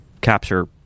capture